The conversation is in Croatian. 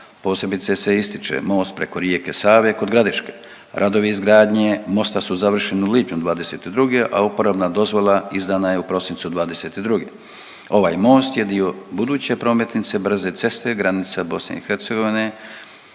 Posebice se ističe most preko rijeke Save kod Gradiške. Radovi izgradnje mosta su završeni u lipnju '22., a upravna dozvola izdana je u prosincu '22. Ovaj most je dio buduće prometnice brze ceste granica BiH, Okučani,